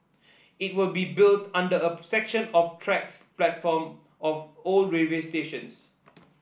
it will be built under a section of tracks platform of old railway stations